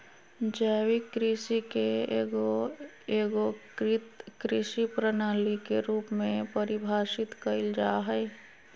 जैविक कृषि के एगो एगोकृत कृषि प्रणाली के रूप में परिभाषित कइल जा हइ